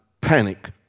panic